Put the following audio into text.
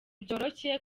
byoroshye